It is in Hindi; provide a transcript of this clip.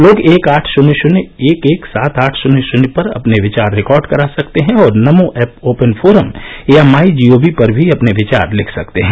लोग एक आठ शन्य शन्य एक एक सात आठ शन्य शन्य पर अपने विचार रिकॉर्ड करा सकते हैं और नमो ऐप ओपन फोरम या माई जीओवी पर भी अपने विचार लिख सकते हैं